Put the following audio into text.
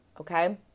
okay